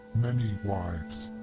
many wives,